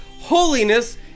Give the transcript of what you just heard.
holiness